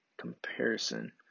comparison